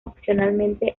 opcionalmente